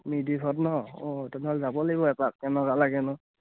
নিধিহঁত নহ্ অঁ তেনেহ'লে যাব লাগিব এপাক কেনেকুৱা লাগেনো